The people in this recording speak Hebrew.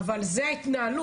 אבל זו ההתנהלות.